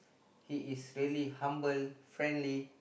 he is really humble friendly